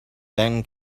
then